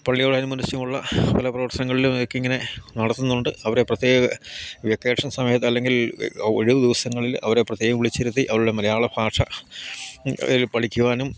പള്ളികൾ അനുബന്ധിച്ചുമുള്ള പല പ്രവർത്തനങ്ങളിലും ഒക്കെ ഇങ്ങനെ നടത്തുന്നുണ്ട് അവരെ പ്രത്യേ വെക്കേഷൻ സമയത്ത് അല്ലെങ്കിൽ ഒഴിവു ദിവസങ്ങളിൽ അവരെ പ്രത്യേകം വിളിച്ചിരുത്തി അവരുടെ മലയാള ഭാഷ പഠിക്കുവാനും